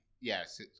yes